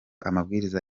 amabwiriza